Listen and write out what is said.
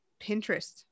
Pinterest